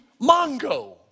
Mongo